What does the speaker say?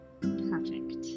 perfect